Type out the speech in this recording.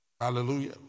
Hallelujah